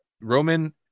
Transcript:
roman